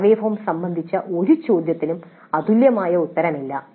survey form സംബന്ധിച്ച ഒരു ചോദ്യത്തിനും അതുല്യമായ ഉത്തരമില്ല